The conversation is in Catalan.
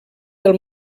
del